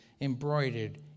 embroidered